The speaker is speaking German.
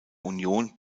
union